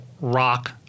rock